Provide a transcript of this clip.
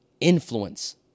influence